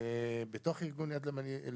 בתוך ארגון יד לבנים.